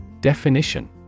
Definition